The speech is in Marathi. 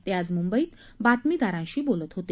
ते आज मुंबईत बातमीदारांशी बोलत होते